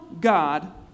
God